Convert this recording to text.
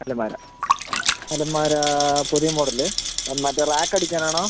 അലമാര അലമാര പുതിയ മോഡല് മറ്റെ റാക്ക് അടിക്കാൻ ആണോ